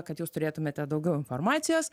kad jūs turėtumėte daugiau informacijos